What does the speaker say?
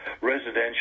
residential